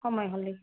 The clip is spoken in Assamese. সময় হ'লে